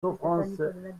souffrances